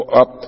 up